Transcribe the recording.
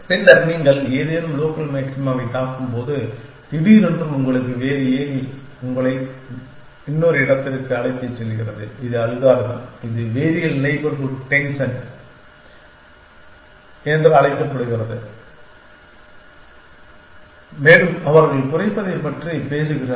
பின்னர் நீங்கள் ஏதேனும் லோக்கல் மாக்சிமாவைத் தாக்கும்போது திடீரென்று உங்களுக்கு வேறு ஏணி உங்களை இன்னொரு இடத்திற்கு அழைத்துச் செல்கிறது இது அல்காரிதம் இது வேரியபல் நெய்பர்ஹூட் டெஸ்ஸண்ட் என்று அழைக்கப்படுகிறது மேலும் அவர்கள் குறைப்பதைப் பற்றி பேசுகிறார்கள்